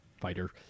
fighter